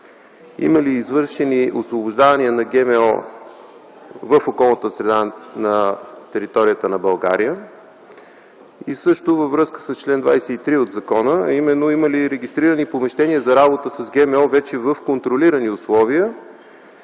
има ли извършени освобождавания на ГМО в околната среда на територията на България? Също във връзка с чл. 23 от закона, а именно има ли регистрирани помещения за работа с ГМО вече в контролирани условия?